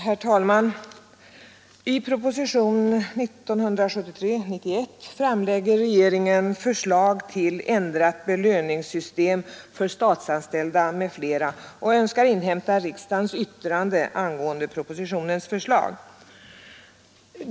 Herr talman! I propositionen 1973:91 framlägger regeringen förslag till ändrat belöningssystem för statsanställda m.fl. och önskar inhämta riksdagens yttrande angående propositionens förslag.